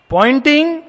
Pointing